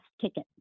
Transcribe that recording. ticket